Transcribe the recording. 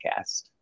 podcast